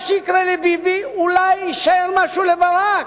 מה שיקרה לביבי, אולי יישאר משהו לברק,